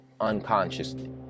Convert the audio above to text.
unconsciously